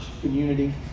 community